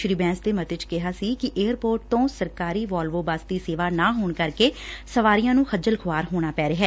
ਸ੍ਰੀ ਬੈਂਸ ਨੇ ਮਤੇ ਚ ਕਿਹਾ ਸੀ ਕਿ ਏਅਰਪੋਰਟ ਤੋਂ ਸਰਕਾਰੀ ਵੋਲਵੋ ਬੱਸ ਦੀ ਸੇਵਾ ਨਾ ਹੋਣ ਕਰਕੇ ਸਵਾਰੀਆਂ ਨੂੰ ਖੱਜਲ ਖੁਆਰ ਹੋਣਾ ਪੈ ਰਿਹਾ